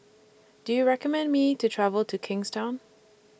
Do YOU recommend Me to travel to Kingstown